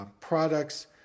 products